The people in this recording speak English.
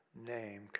name